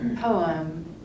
poem